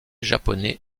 japonais